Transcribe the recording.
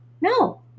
No